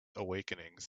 awakenings